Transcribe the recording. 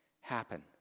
happen